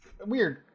weird